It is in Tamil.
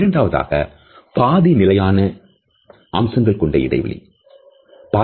இரண்டாவதாக பாதி நிலையான அம்சங்கள் கொண்ட இடைவெளி semi fixed feature space ஆகும்